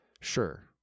Sure